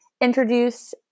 introduce